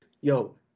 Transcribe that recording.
Yo